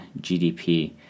GDP